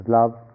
love